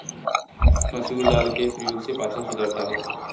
मसूर दाल के प्रयोग से पाचन सुधरता है